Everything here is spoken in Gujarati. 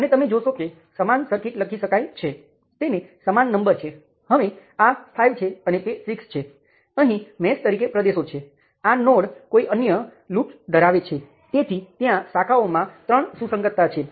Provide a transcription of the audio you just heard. તેથી આ મેશ સમીકરણો છે આપણે સુપર મેશ બનાવવી પડશે કારણ કે આપણી પાસે કરંટ સ્ત્રોત છે અને આપણે જાણીએ છીએ કે ત્યાં વોલ્ટેજ ડ્રોપ કેટલો છે